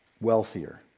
wealthier